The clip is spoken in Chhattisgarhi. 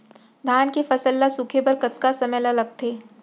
धान के फसल ल सूखे बर कतका समय ल लगथे?